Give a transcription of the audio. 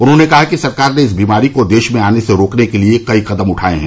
उन्होंने कहा कि सरकार ने इस बीमारी को देश में आने से रोकने के लिए कई कदम उठाये हैं